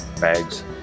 bags